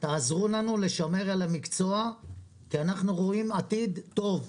תעזרו לנו לשמר את המקצוע כי אנחנו רואים עתיד טוב.